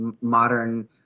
modern